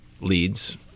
leads